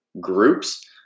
groups